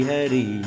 Hari